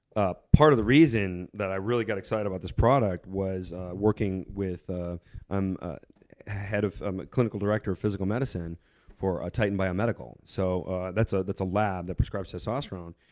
ah part of the reason that i really got excited about this product was working with ah um head of the um clinical director of physical medicine for titan biomedical. so that's ah that's a lab that prescribes testosterone,